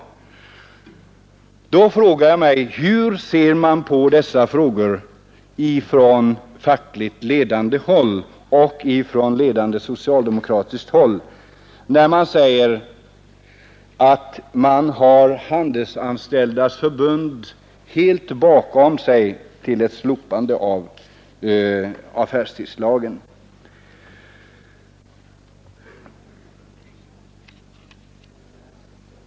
Och jag frågar mig: Hur ser man på dessa frågor ifrån fackligt ledande håll och ifrån ledande socialdemokratiskt håll, när man säger att man har Handelsanställdas förbund helt bakom sig för ett slopande av affärstidslagen?